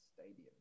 Stadium